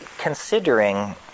considering